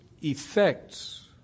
effects